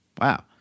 wow